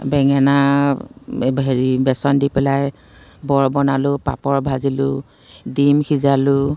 বেঙেনা হেৰি বেচন দি পেলাই বৰ বনালোঁ পাপৰ ভাজিলোঁ ডিম সিজালোঁ